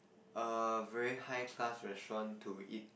a very high class restaurant to eat